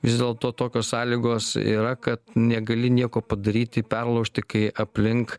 vis dėlto tokios sąlygos yra kad negali nieko padaryti perlaužti kai aplink